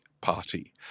party